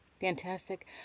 Fantastic